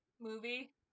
movie